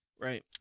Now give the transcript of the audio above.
Right